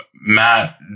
Matt